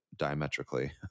Diametrically